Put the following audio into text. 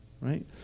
right